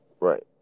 Right